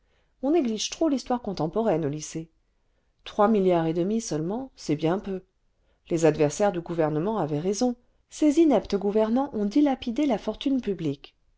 on néglige trop l'histoire contemporaine au lycée trois milliards et demi seulement c'est bien peu les adversaires du gouvernement avaient raison ces ineptes gouvernants ont dilapidé la fortune publique